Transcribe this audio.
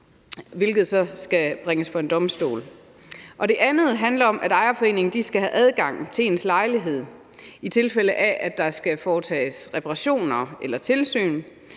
hvilket så skal bringes for en domstol. Og det andet handler om, at ejerforeningen skal have adgang til ens lejlighed, i tilfælde af at der skal foretages reparationer eller tilsyn,